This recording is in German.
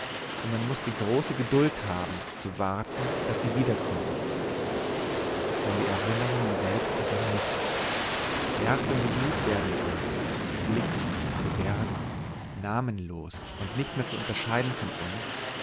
und man muß die große geduld haben zu warten daß sie wiederkommen denn die erinnerungen selbstes noch nicht erst wenn sie blut werden in uns blick und gebärde namenlos und nicht mehr zu unterscheiden von uns